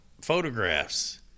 photographs